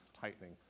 tightening